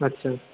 अच्छा